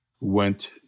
went